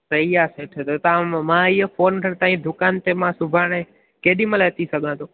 सही आ सेठ त तव्हां मां इहो फोन तांई दुकान ते मां सुभाणे केॾीमहिल अची सघां तो